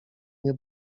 nie